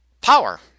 power